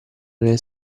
nel